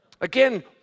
Again